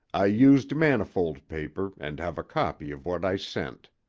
i used manifold paper and have a copy of what i sent.